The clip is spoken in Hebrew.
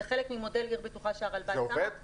זה עובד שם?